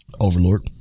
Overlord